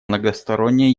многостороннее